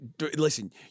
Listen